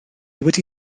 wedi